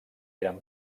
eren